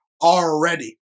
already